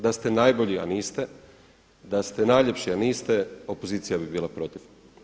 Da ste najbolji a niste, da ste najljepši a niste opozicija bi bila protiv.